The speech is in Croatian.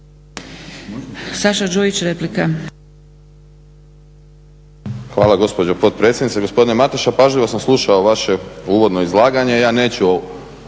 Saša Đujić, replika.